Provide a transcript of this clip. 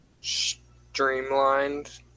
streamlined